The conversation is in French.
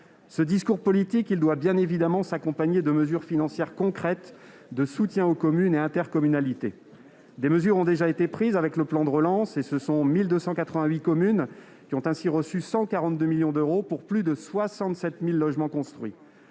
Ce discours politique doit bien évidemment s'accompagner de mesures financières concrètes de soutien aux communes et intercommunalités. Des mesures ont déjà été prises dans le cadre du plan de relance. Ainsi, 1 288 communes ont reçu 142 millions d'euros, pour plus de 67 000 logements construits